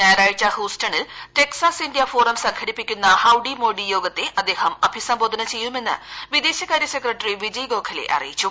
ഞായറാഴ്ച ഹുസ്റ്റണിൽ Texas India forum സംഘടിപ്പിക്കുന്ന ഹൌഡി യോഗത്തെ അദ്ദേഹരി അഭിസംബോധന ചെയ്യുമെന്ന് മോഡി വിദേശകാരൃ സെക്രട്ടറി വിജയ്ക് ഗോഖലെ അറിയിച്ചു